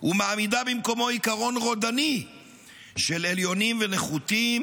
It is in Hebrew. ומעמידה במקומו עיקרון רודני של עליונים ונחותים,